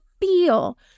feel